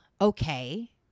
Okay